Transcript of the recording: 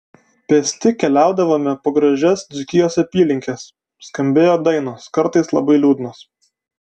pėsti keliaudavome po gražias dzūkijos apylinkes skambėjo dainos kartais labai liūdnos